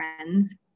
Friends